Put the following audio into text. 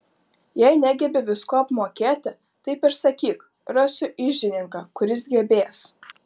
jei negebi visko apmokėti taip ir sakyk rasiu iždininką kuris gebės